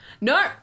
no